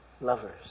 lovers